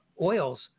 oils